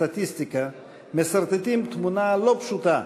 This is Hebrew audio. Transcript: עם זאת, ואף-על-פי שאין פתרונות קסם,